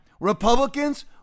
republicans